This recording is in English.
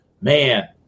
Man